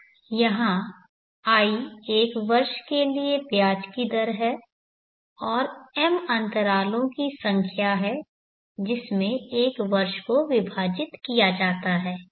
यहाँ i 1 वर्ष के लिए ब्याज की दर है और m अंतरालों की संख्या है जिसमें 1 वर्ष को विभाजित किया जाता है